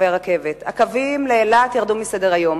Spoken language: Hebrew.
הקווים לאילת ירדו מסדר-היום.